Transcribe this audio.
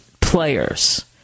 players